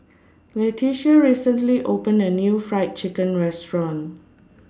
Letitia recently opened A New Fried Chicken Restaurant